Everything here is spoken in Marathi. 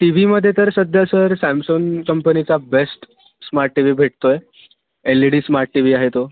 टी वीमध्ये तर सध्या सर सॅमसून कंपनीचा बेस्ट स्मार्ट टी वी भेटतो आहे L E D smart T V आहे तो